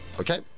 Okay